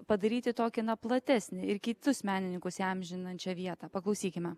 padaryti tokį na platesnį ir kitus menininkus įamžinančią vietą paklausykime